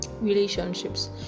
relationships